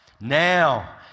Now